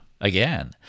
Again